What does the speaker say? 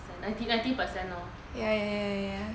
and ninety percent lor